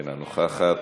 אינה נוכחת,